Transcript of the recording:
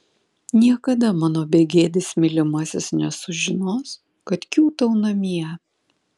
niekada mano begėdis mylimasis nesužinos kad kiūtau namie